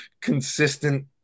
consistent